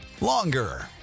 longer